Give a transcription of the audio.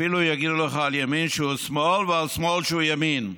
אפילו שיגידו לך על ימין שהוא שמאל ועל שמאל שהוא ימין.